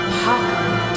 Apocalypse